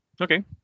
Okay